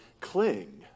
cling